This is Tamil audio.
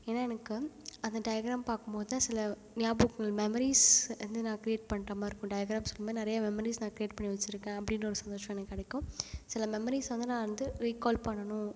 ஏன்னா எனக்கு அந்த டயக்ராம் பார்க்கும் போது தான் சில ஞாபகம் மெமரீஸ் வந்து நான் க்ரியேட் பண்ணுற மாதிரி இருக்கும் டயக்ராம்ஸ் மூலிமாக நிறையா மெமரீஸ் நான் க்ரியேட் பண்ணி வச்சுருக்கேன் அப்படின்ற ஒரு சந்தோஷம் எனக்கு கிடைக்கும் சில மெமரிஸ் வந்து நான் வந்து ரீக்கால் பண்ணணும்